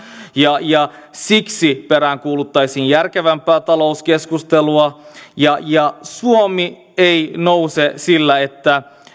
ja ja siksi peräänkuuluttaisin järkevämpää talouskeskustelua suomi ei nouse sillä että